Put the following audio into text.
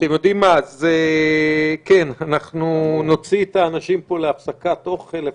כן, נוציא את האנשים פה להפסקת אוכל לפחות.